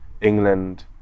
England